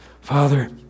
Father